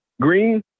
Green